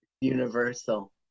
Universal